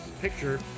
picture